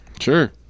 Sure